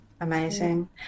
amazing